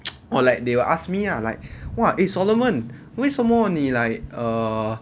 or like they will ask me lah like !wah! eh solomon 为什么你 like err